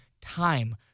time